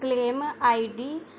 claim ID